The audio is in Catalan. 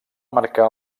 marcar